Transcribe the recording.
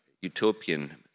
utopian